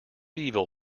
evil